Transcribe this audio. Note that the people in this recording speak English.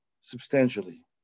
substantially